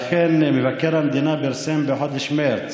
אכן, מבקר המדינה פרסם בחודש מרץ